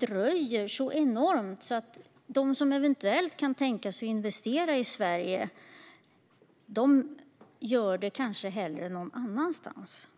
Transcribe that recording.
det dröjer så enormt att de som eventuellt kan tänka sig att investera i Sverige kanske hellre gör det någon annanstans.